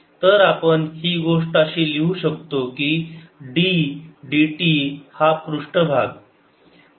तर आपण ही गोष्ट अशी लिहू शकतो की d dt हा पृष्ठभाग